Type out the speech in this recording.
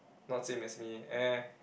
not same as me eh